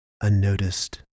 Unnoticed